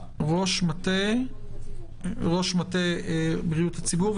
ראש מטה בריאות הציבור.